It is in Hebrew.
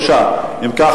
3. אם כך,